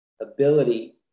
ability